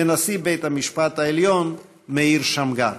ונשיא בית המשפט העליון מאיר שמגר,